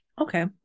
Okay